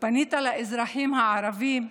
פנית לאזרחים הערבים,